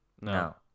no